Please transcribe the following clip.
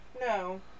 no